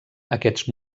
aquests